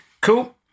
cool